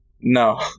No